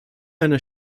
einer